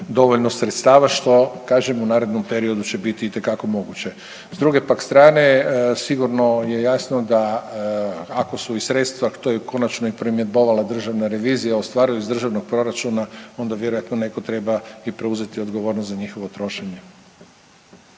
dovoljno sredstava što kažem u narednom periodu će biti itekako moguće. S druge pak strane sigurno je jasno da ako su i sredstva, to je konačno i primjedbovala Državna revizija ostvaruje iz državnog proračuna onda vjerojatno netko treba i preuzeti odgovornost za njihovo trošenje.